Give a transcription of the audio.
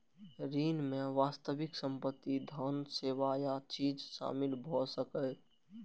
ऋण मे वास्तविक संपत्ति, धन, सेवा या चीज शामिल भए सकैए